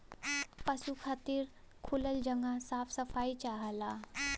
पसु खातिर खुलल जगह साफ सफाई चाहला